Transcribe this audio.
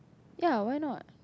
ya why not